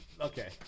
Okay